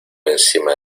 encima